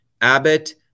Abbott